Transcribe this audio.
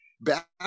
back